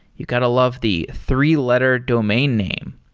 you got to love the three letter domain name.